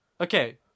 Okay